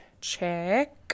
Check